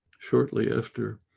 shortly after